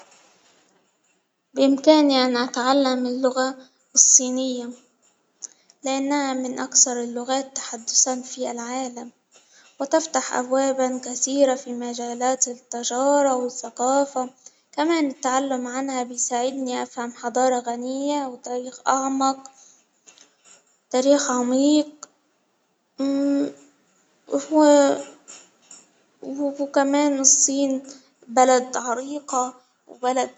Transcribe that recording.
بإمكاني أن أتعلم اللغة الصينية، لأنها من أكثر اللغات تحدثا في العالم، وتفتح أبوابا كثيرة في مجالات التجارة والثقافة، كما نتعلم عنها بيساعدني أفهم حضارة غنية وتاريخ أعمق تاريخ عميق، وكمان الصين بلد عريقة، وبلد.